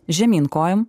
žemyn kojom